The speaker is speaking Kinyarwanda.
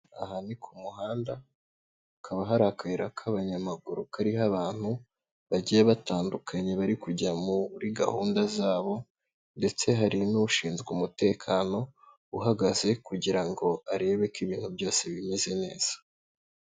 Aha ni ku muhanda, hakaba hari akayira k'abanyamaguru kariho abantu bagiye batandukanye bari kujya muri gahunda zabo ndetse hari n'ushinzwe umutekano uhagaze kugira ngo arebe ko ibintu byose bimeze neza.